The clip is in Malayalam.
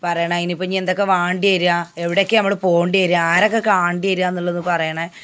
പറയണ ഐനിപ്പ ഇനിയെന്തൊക്കെ വാണ്ടിര്യ എിവിടേക്ക് നമ്മൾ പൊണ്ടിര്യാ ആരൊക്കെ കാണ്ടിര്യാന്നുള്ളത് പറയണം